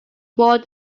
more